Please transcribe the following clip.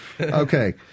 Okay